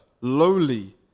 lowly